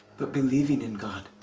but believing in god